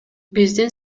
биздин